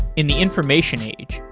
in the information age,